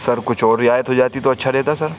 سر کچھ اور رعایت ہو جاتی تو اچھا رہتا سر